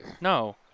No